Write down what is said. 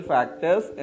Factors